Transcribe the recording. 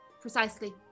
Precisely